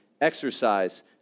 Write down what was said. exercise